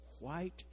white